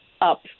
up